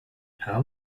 how